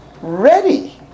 ready